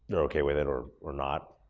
so okay with it or or not.